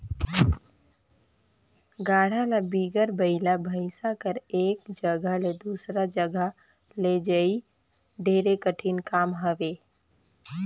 गाड़ा ल बिगर बइला भइसा कर एक जगहा ले दूसर जगहा लइजई ढेरे कठिन काम हवे